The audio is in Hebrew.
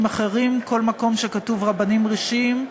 אחרים: כל מקום שכתוב בו "רבנים ראשיים",